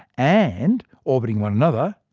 and orbiting one another,